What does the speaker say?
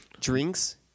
Drinks